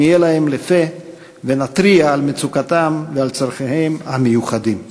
נהיה להם לפה ונתריע על מצוקתם ועל צורכיהם המיוחדים.